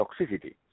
toxicity